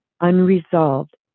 unresolved